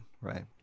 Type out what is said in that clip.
right